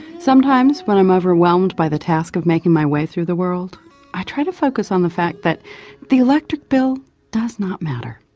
sometimes when i'm overwhelmed by the task of making my way through the world i try to focus on the fact that the electric bill does not matter,